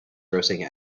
grossing